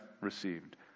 received